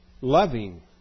loving